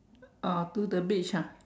oh to the beach ah